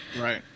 right